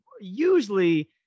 usually